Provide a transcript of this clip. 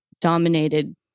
dominated